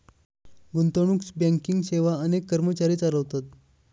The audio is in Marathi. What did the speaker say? गुंतवणूक बँकिंग सेवा अनेक कर्मचारी चालवतात